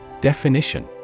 Definition